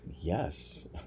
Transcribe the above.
Yes